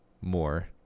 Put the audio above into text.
more